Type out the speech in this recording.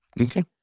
Okay